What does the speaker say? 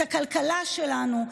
את הכלכלה שלנו,